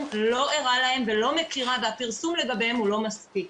לא ערה להם ולא מכירה והפרסום לגביהם לא מספיק.